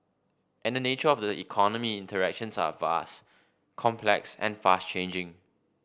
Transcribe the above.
and the nature of the economy interactions are vast complex and fast changing